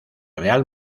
real